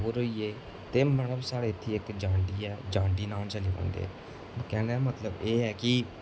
bore होई गे ते मतलब साढ़े इत्थें इक जांडी ऐ जांडी न्हान चली पौंदे कैह्ने दा मतलब एह् ऐ कि